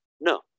No